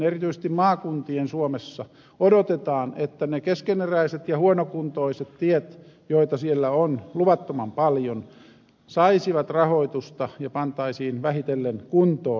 erityisesti maakuntien suomessa odotetaan että ne keskeneräiset ja huonokuntoiset tiet joita siellä on luvattoman paljon saisivat rahoitusta ja pantaisiin vähitellen kuntoon